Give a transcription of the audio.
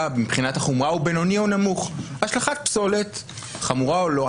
מבחינת החומרה הוא בינוני או נמוך השלכת פסולת חמורה או לא,